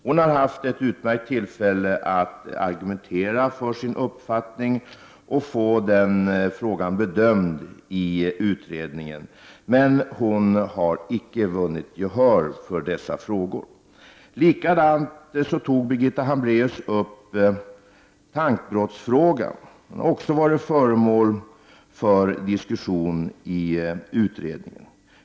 Hon har haft ett utmärkt tillfälle att argumentera för sin uppfattning och till att få den frågan bedömd i utredningen, men hon har icke vunnit gehör. Birgitta Hambraeus tog även upp tankbrottsfrågan. Den har också varit föremål för diskussion i utredningen.